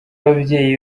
ababyeyi